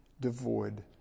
devoid